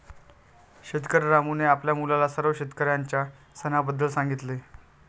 शेतकरी रामूने आपल्या मुलाला सर्व शेतकऱ्यांच्या सणाबद्दल सांगितले